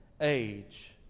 age